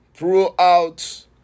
throughout